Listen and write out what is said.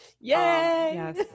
yay